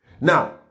Now